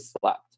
slept